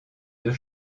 deux